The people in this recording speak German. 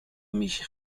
mich